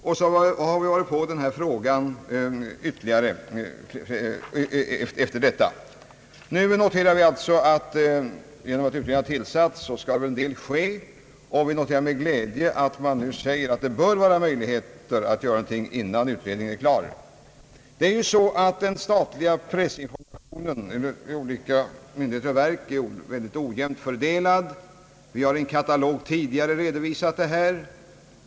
Efter detta har vi åter fört denna fråga på tal. Genom att utredningen har tillsatts skall väl något ske. Vi noterar med glädje att man nu säger att det bör finnas möjligheter att göra någonting innan utredningen är klar. Den statliga pressinformationen vid olika myndigheter och verk är mycket ojämnt fördelad. Vi har i en katalog tidigare redovisåt detta.